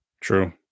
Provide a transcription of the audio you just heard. True